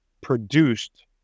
produced